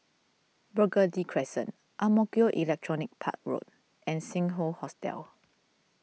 Burgundy Crescent Ang Mo Kio Electronics Park Road and Sing Hoe Hotel